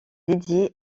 dédiée